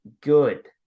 good